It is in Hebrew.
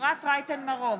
אפרת רייטן מרום,